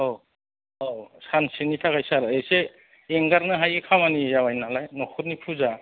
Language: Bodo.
औ औ सानसेनि थाखाय सार एसे एंगारनो हायै खामानि जाबाय नालाय नखरनि फुजा